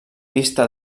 pista